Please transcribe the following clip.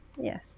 yes